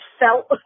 felt